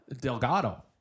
delgado